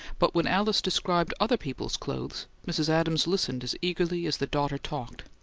but when alice described other people's clothes, mrs. adams listened as eagerly as the daughter talked.